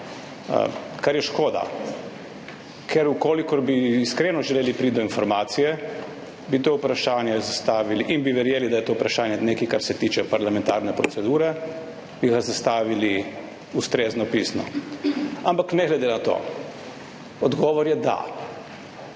kar je škoda, ker če bi iskreno želeli priti do informacije, bi to vprašanje zastavili in bi verjeli, da je to vprašanje nekaj, kar se tiče parlamentarne procedure, bi ga zastavili ustrezno – pisno. Ampak ne glede na to – odgovor je da.